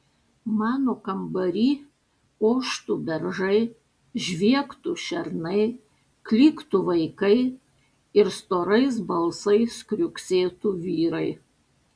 mano kambary oštų beržai žviegtų šernai klyktų vaikai ir storais balsais kriuksėtų vyrai